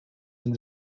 and